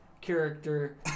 character